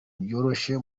byoroshye